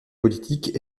politique